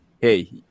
hey